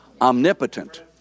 omnipotent